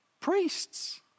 priests